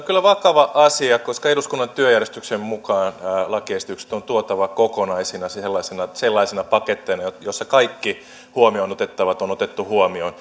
kyllä vakava asia koska eduskunnan työjärjestyksen mukaan lakiesitykset on tuotava kokonaisina sellaisina sellaisina paketteina joissa kaikki huomioon otettavat on otettu huomioon